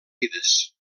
vides